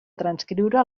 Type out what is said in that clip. transcriure